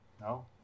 No